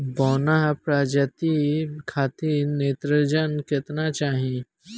बौना प्रजाति खातिर नेत्रजन केतना चाही?